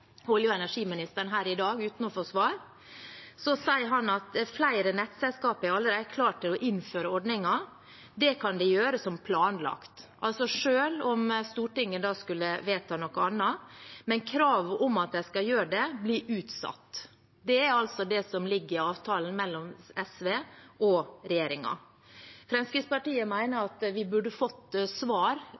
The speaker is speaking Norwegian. olje- og energiministeren her i dag, uten å få svar – at flere nettselskaper allerede er klare til å innføre ordningen. Det kan de gjøre som planlagt, sies det, selv om Stortinget skulle vedta noe annet, men kravet om at de skal gjøre det, blir utsatt. Det er altså det som ligger i avtalen mellom SV og regjeringen. Fremskrittspartiet mener at vi burde fått tydelige svar